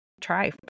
try